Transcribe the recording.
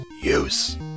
use